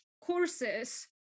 courses